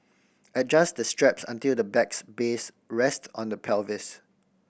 adjust the straps until the bag's base rest on the pelvis